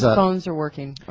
phones are working